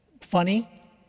funny